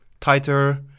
tighter